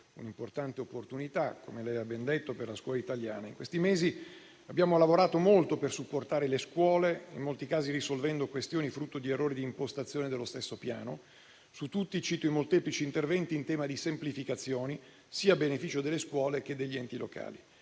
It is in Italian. un'importante opportunità, come è stato ben detto, per la scuola italiana. In questi mesi, abbiamo lavorato molto per supportare le scuole, in molti casi risolvendo questioni frutto di errori di impostazione dello stesso Piano. Su tutti, cito i molteplici interventi in tema di semplificazione sia a beneficio delle scuole che degli enti locali.